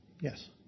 Yes